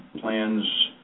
plans